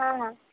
হ্যাঁ হ্যাঁ